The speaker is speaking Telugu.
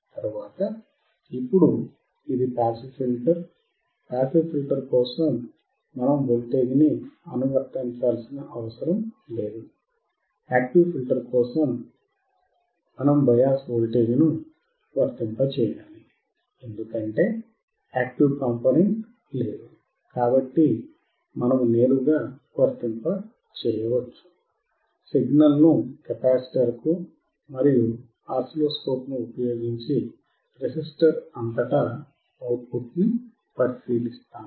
తరువాత ఇప్పుడు ఇది పాసివ్ ఫిల్టర్ పాసివ్ ఫిల్టర్ కోసం మనం వోల్టేజ్ ని అనువర్తించాల్సిన అవసరం లేదు యాక్టివ్ ఫిల్టర్ కోసం మనం బయాస్ వోల్టేజ్ను వర్తింపజేయాలి ఎందుకంటే యాక్టివ్ కాంపొనెంట్ లేదు కాబట్టి మనము నేరుగా వర్తింపజేయవచ్చు సిగ్నల్ను కెపాసిటర్కు మరియు ఆసిలోస్కోప్ను ఉపయోగించి రెసిస్టర్ అంతటా అవుట్పుట్ను పరిశీలిస్తాము